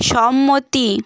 সম্মতি